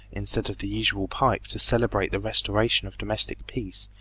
instead of the usual pipe, to celebrate the restoration of domestic peace,